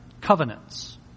covenants